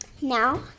now